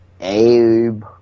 Abe